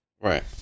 Right